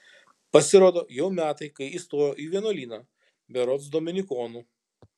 pasirodo jau metai kai įstojo į vienuolyną berods dominikonių